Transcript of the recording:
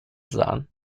sahen